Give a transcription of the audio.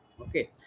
Okay